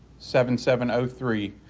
seven, seven oh three.